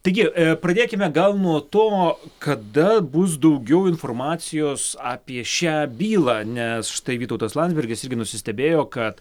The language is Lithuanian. taigi pradėkime gal nuo to kada bus daugiau informacijos apie šią bylą nes štai vytautas landsbergis irgi nusistebėjo kad